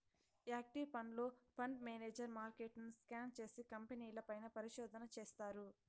active ఫండ్లో, fund manager మార్కెట్ను scan చేసి, కంపెనీల పైన పరిశోధన చేస్తారు